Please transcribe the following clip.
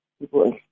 people